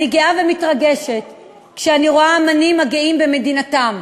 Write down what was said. אני גאה ומתרגשת כשאני רואה אמנים הגאים במדינתם.